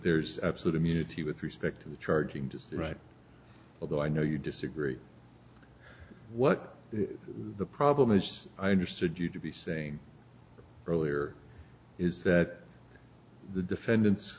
there's absolute immunity with respect to the charging just right although i know you disagree what the problem as i understood you to be saying earlier is that the defendant